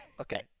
okay